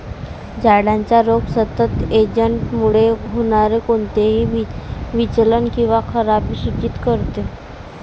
झाडाचा रोग सतत एजंटमुळे होणारे कोणतेही विचलन किंवा खराबी सूचित करतो